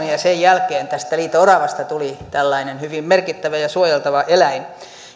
sen jälkeen tästä liito oravasta tuli tällainen hyvin merkittävä ja suojeltava eläin